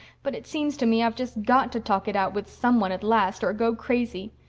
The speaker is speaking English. but it seems to me i've just got to talk it out with some one at last or go crazy.